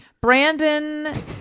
brandon